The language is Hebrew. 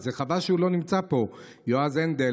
חבל שהוא לא נמצא פה, יועז הנדל.